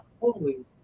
holy